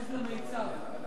מיצ"ב.